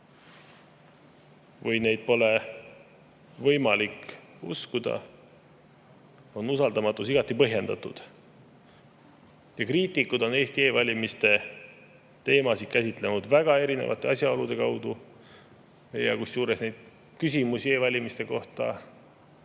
või neid pole võimalik uskuda, on usaldamatus igati põhjendatud. Kriitikud on Eesti e‑valimiste teemasid käsitlenud väga erinevate asjaolude kaudu. Kusjuures neid küsimusi e‑valimiste kohta